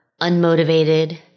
unmotivated